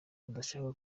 udashaka